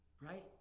Right